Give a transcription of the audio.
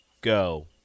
go